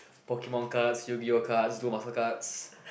Pokemon cards Yu-Gi-oh cards dual master cards